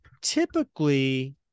typically